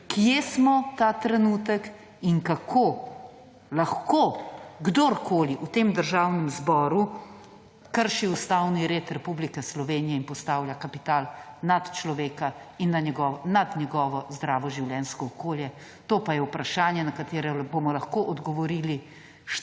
kje smo ta trenutek in kako lahko kdorkoli v tem Državnem zboru, kar še ustavni red Republike Slovenije jim postavlja kapital nad človeka in nad njegovo zdravo življenjsko okolje to pa je vprašanje, na katero bomo lahko odgovorili